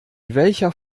welcher